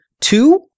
two